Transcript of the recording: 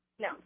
No